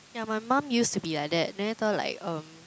ya my mom used to be like that then later like um